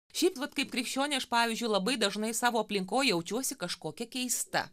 šiaip vat kaip krikščionė aš pavyzdžiui labai dažnai savo aplinkoj jaučiuosi kažkokia keista